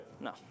No